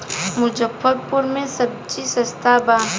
मुजफ्फरपुर में सबजी सस्ता बा